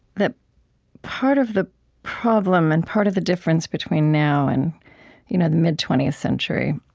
that part of the problem and part of the difference between now and you know the mid twentieth century